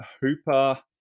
hooper